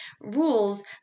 rules